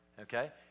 Okay